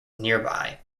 nearby